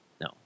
No